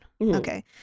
Okay